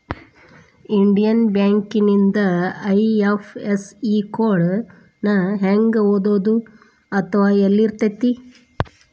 Indian ಬ್ಯಾಂಕಿಂದ IFSC code ನ ಹೆಂಗ ಓದೋದು ಅಥವಾ ಯೆಲ್ಲಿರ್ತೆತಿ?